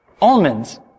Almonds